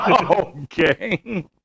Okay